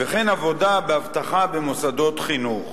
וכן עבודה באבטחה במוסדות חינוך.